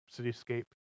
cityscape